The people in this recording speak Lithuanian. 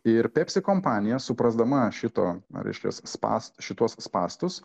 ir pepsi kompanija suprasdama šito reiškias spąs šituos spąstus